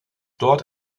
dort